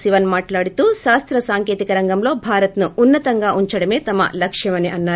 శివన్ మాట్లాడుతూ శాస్త సాంకేతిక రంగంలో భారత్ను ఉన్న తంగా ఉంచడమే తమ లక్ష్యమని అన్నారు